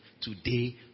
today